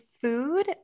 food